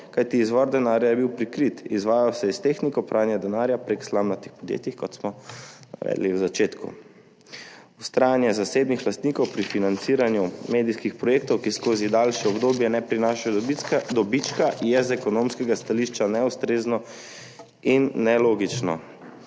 kajti izvor denarja je bil prikrit, izvajal se je s tehniko pranja denarja prek slamnatih podjetij, kot smo navedli v začetku. Vztrajanje zasebnih lastnikov pri financiranju medijskih projektov, ki skozi daljše obdobje ne prinašajo dobička, je z ekonomskega stališča neustrezno in nelogično.